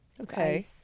Okay